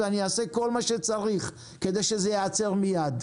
ואני אעשה כל מה שצריך כדי שזה ייעצר מיד.